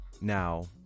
Now